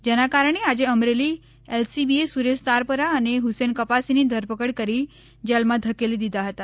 જેના કારણે આજે અમરેલી એલસીબીએ સુરેશ તારપરા અને હસેન કપાસીની ધરપકડ કરી જેલમા ધકેલી દીધા હતા